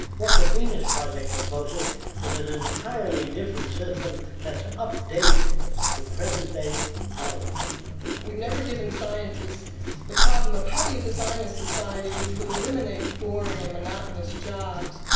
what the venus project proposes is an entirely different system that's updated to present day knowledge we've never given scientists the problem of how do you design a society that would eliminate boring and monotonous jobs,